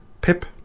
Pip